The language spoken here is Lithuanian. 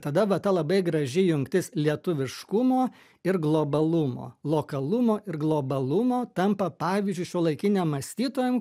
tada va ta labai graži jungtis lietuviškumo ir globalumo lokalumo ir globalumo tampa pavyzdžiui šiuolaikiniam mąstytojam